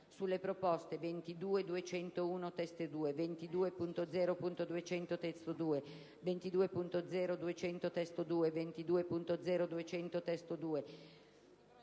sulle proposte 22.201 (testo 2), 28.0.200 (testo 2), 28.0.200 (testo 2)/l, 28.0.200 (testo